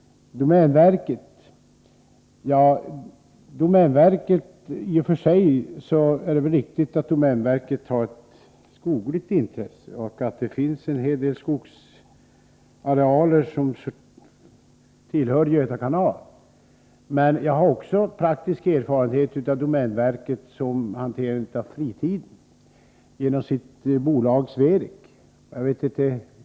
I och för sig är det väl riktigt att domänverket har ett skogligt intresse och att det finns en hel del skogsarealer som tillhör Göta kanal. Men jag har praktisk erfarenhet av domänverket också som hanterare av fritiden genom dess bolag Sverek.